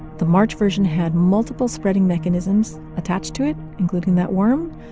the march version had multiple spreading mechanisms attached to it, including that worm,